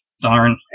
Darn